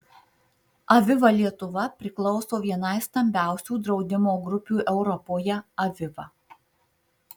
aviva lietuva priklauso vienai stambiausių draudimo grupių europoje aviva